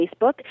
Facebook